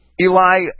Eli